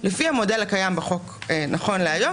לפי המודל הקיים בחוק נכון להיום,